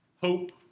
hope